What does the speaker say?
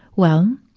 well,